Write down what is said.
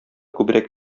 күбрәк